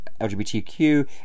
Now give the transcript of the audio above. LGBTQ